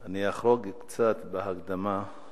אני אחרוג קצת בהקדמה,